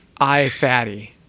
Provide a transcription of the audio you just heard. ifatty